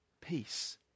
peace